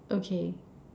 okay